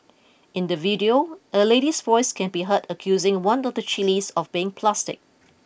in the video a lady's voice can be heard accusing one of the chillies of being plastic